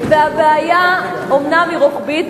אומנם הבעיה היא רוחבית,